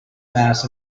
mass